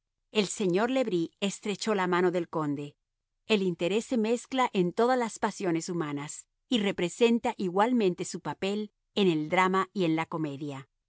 el señor le bris estrechó la mano del conde el interés se mezcla en todas las pasiones humanas y representa igualmente su papel en el drama y en la comedia